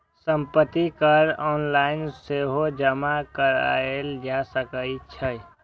संपत्ति कर ऑनलाइन सेहो जमा कराएल जा सकै छै